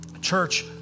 Church